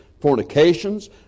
fornications